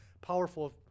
powerful